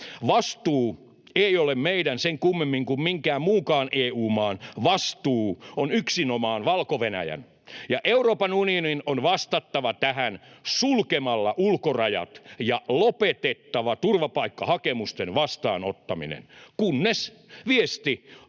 Vastuu ei ole meidän sen kummemmin kuin minkään muunkaan EU-maan. Vastuu on yksinomaan Valko-Venäjän, ja Euroopan unionin on vastattava tähän sulkemalla ulkorajat ja lopetettava turvapaikkahakemusten vastaanottaminen, kunnes viesti on